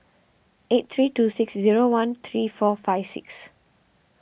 eight three two six zero one three four five six